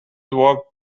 work